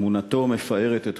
שתמונתו מפארת את